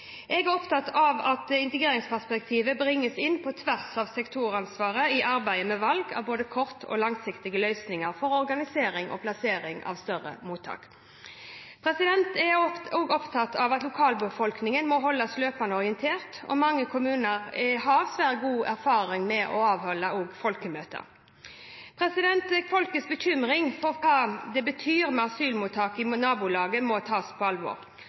Jeg er opptatt av at integreringsperspektivet bringes inn på tvers av sektoransvaret i arbeidet med valg av både kort- og langsiktige løsninger for organisering og plassering av større mottak. Jeg er også opptatt av at lokalbefolkningen må holdes løpende orientert. Mange kommuner har svært gode erfaringer med å avholde folkemøter. Folkets bekymring for hva det betyr med asylmottak i nabolaget, må tas på alvor.